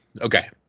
okay